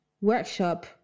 workshop